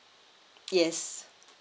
yes